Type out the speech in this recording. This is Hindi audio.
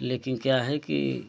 लेकिन क्या है कि